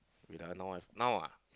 wait ah now I've now ah